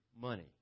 money